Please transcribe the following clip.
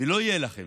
ולא יהיה לכם,